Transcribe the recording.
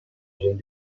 gent